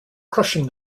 crushing